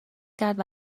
کرد